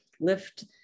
Lift